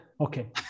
Okay